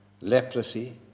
leprosy